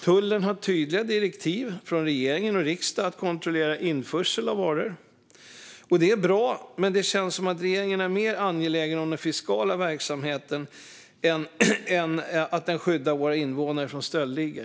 Tullen har tydliga direktiv från regering och riksdag att kontrollera införsel av varor. Det är bra, men det känns som att regeringen är mer angelägen om den fiskala verksamheten än att skydda våra invånare från stöldligor.